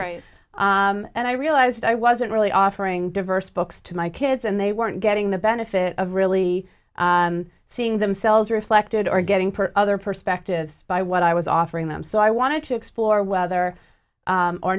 and i realized i wasn't really offering diverse books to my kids and they weren't getting the benefit of really seeing themselves reflected or getting put other perspectives by what i was offering them so i wanted to explore whether